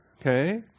Okay